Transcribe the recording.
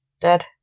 Dad